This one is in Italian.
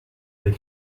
del